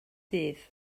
dydd